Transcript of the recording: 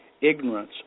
Ignorance